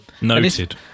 noted